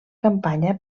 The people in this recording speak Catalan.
campanya